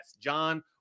John